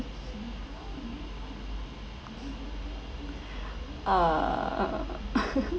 uh